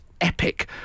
epic